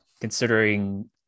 Considering